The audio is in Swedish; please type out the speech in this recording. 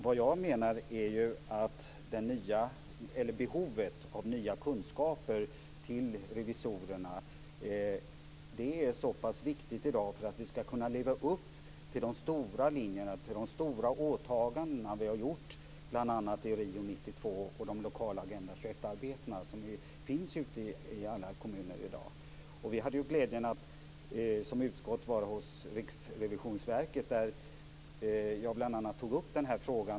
Vad jag menar är att behovet av nya kunskaper hos revisorerna är så pass viktigt i dag för att vi skall kunna leva upp till de stora linjerna och de stora åtagandena som vi har gjort i bl.a. Rio 1992 och i de lokala Agenda 21-arbetena, som ju pågår i alla kommuner i dag. Utskottet hade ju glädjen att få besöka Riksrevisionsverket, där jag bl.a. tog upp denna fråga.